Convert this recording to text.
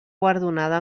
guardonada